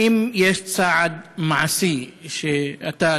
האם יש צעד מעשי שאתה,